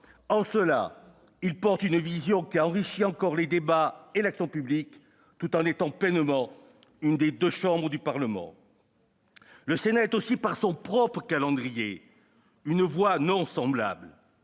En cela, il porte une vision qui enrichit encore les débats et l'action publique tout en étant pleinement l'une des deux chambres du Parlement. Le Sénat est aussi par son propre calendrier une voix dissemblable.